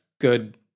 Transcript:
good